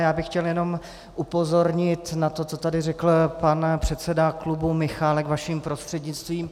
Já bych chtěl jenom upozornit na to, co tady řekl pan předseda klubu Michálek, vaším prostřednictvím.